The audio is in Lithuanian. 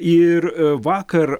ir vakar